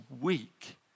weak